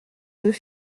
deux